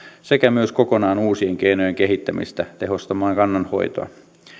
sekä myös kokonaan uusien keinojen kehittämistä tehostamaan kannanhoitoa